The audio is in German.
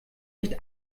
nicht